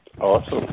awesome